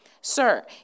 Sir